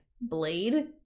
blade